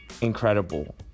incredible